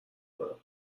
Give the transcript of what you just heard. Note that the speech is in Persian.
کنم